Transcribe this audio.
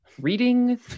reading